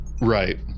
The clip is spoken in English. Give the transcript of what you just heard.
right